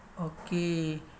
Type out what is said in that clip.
Okay